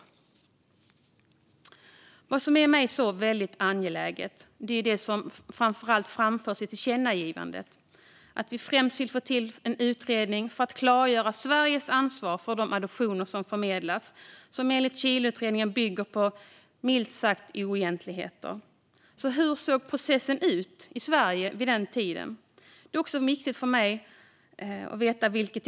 Något som är väldigt angeläget för mig framförs i tillkännagivandet: Vi vill främst få till en utredning för att klargöra Sveriges ansvar för de adoptioner som förmedlats som enligt Chileutredningen bygger på - milt sagt - oegentligheter. Hur såg processen i Sverige ut vid den tiden? Det är också viktigt för mig att få veta.